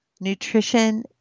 nutrition